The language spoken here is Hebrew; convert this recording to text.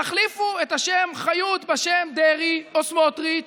תחליפו את השם חיות בשם דרעי או סמוטריץ'